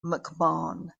mcmahon